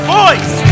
voice